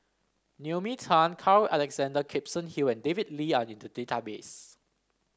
Naomi Tan Carl Alexander Gibson Hill and David Lee are in the database